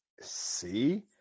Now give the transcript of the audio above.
See